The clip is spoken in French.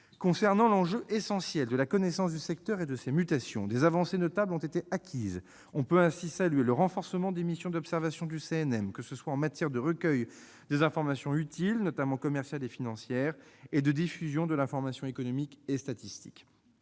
Concernant l'enjeu essentiel de la connaissance du secteur et de ses mutations, des avancées notables ont été acquises. On peut ainsi saluer le renforcement des missions d'observation du CNM, que ce soit en matière de recueil des informations utiles- notamment commerciales et financières -et de diffusion de l'information économique et statistique.